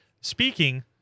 Speaking